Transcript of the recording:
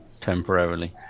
temporarily